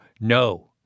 no